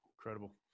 incredible